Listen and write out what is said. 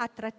tutti